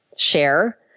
Share